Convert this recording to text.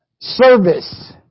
Service